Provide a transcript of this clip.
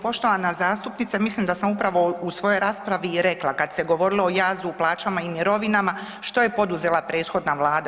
Poštovana zastupnice mislim da sam upravo u svojoj raspravi i rekla kada se govorilo o jazu u plaćama i mirovinama što je poduzela prethodna Vlada.